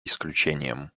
исключением